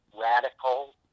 radical